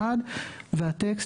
להט״ב